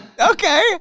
Okay